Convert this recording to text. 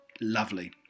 lovely